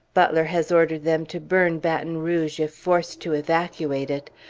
butler has ordered them to burn baton rouge if forced to evacuate it.